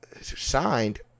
signed